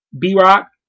B-Rock